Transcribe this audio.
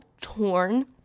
torn